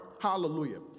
Hallelujah